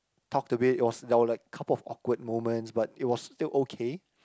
talked a bit it was there were like a couple of awkward moments but it was still okay